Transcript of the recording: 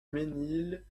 ménil